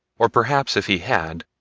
or perhaps if he had,